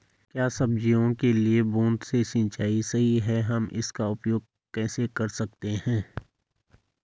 क्या सब्जियों के लिए बूँद से सिंचाई सही है हम इसका उपयोग कैसे कर सकते हैं?